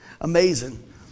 amazing